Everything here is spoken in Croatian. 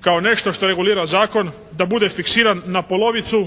kao nešto što evaluira zakon da bude fiksiran na polovicu